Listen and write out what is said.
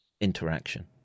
interaction